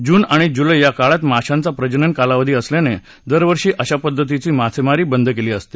जून आणि जुलै या काळात माश्यांचा प्रजनन कालावधी असल्याने दरवर्षी अशा पध्दतीची मासेमारी बंदी केली जात असते